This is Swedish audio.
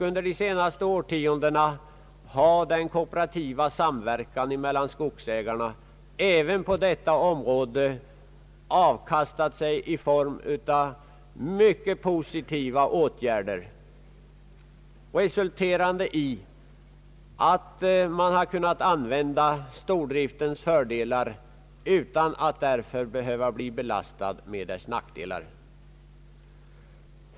Under de senaste årtiondena har den kooperativa samverkan mellan skogsägarna även på detta område avkastat mycket positiva åtgärder, resulterande i att man har kunnat använda stordriftens fördelar utan att därför behöva bli belastad med dess nackdelar.